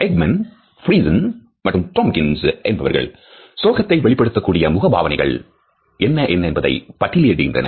Ekman Friesen மற்றும் Tomkins என்பவர்கள் சோகத்தை வெளிப்படுத்தக்கூடிய முக பாவனைகளை பட்டியலிடுகின்றனர்